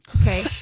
Okay